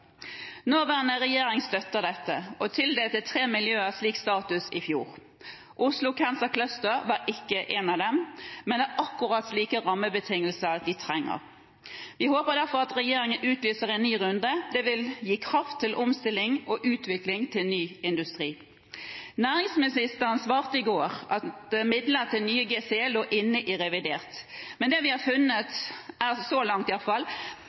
Nåværende regjering støtter dette og tildelte tre miljøer slik status i fjor. Oslo Cancer Cluster var ikke et av dem, men det er akkurat slike rammebetingelser de trenger. Vi håper derfor at regjeringen utlyser en ny runde. Det vil gi kraft til omstilling og utvikling til ny industri. Næringsministeren svarte i går at midler til nye GCE lå inne i revidert, men det vi har funnet, iallfall så langt,